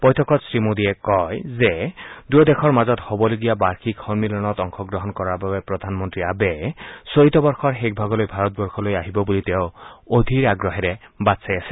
বৈঠকত শ্ৰীমোদীয়ে কয় যে দুয়ো দেশৰ মাজত হ'বলগীয়া বাৰ্ষিক সন্মিলনত অংশগ্ৰহণ কৰাৰ বাবে প্ৰধানমন্ত্ৰী আবে চলিত বৰ্ষৰ শেষ ভাগলৈ ভাৰতবৰ্ষলৈ আহিব বুলি তেওঁ অধীৰ আগ্ৰহেৰে বাট চাই আছে